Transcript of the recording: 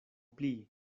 pli